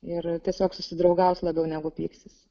ir tiesiog susidraugaus labiau negu pyksis